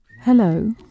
hello